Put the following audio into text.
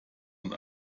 und